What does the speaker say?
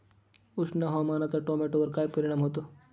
उष्ण हवामानाचा टोमॅटोवर काय परिणाम होतो?